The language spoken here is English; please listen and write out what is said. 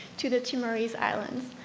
to the timorese islands.